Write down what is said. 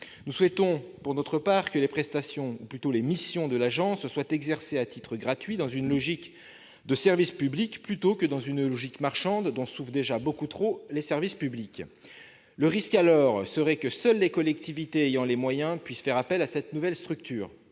Nous souhaitons, pour notre part, que les prestations de l'agence, ou plutôt ses missions, soient exercées à titre gratuit dans une logique de service publique plutôt que dans une logique marchande dont souffrent déjà beaucoup trop les services publics. Le risque alors serait que seules les collectivités ayant les moyens puissent faire appel à cette nouvelle structure.